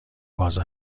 باز